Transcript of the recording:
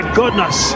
goodness